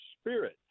spirit